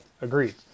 agreed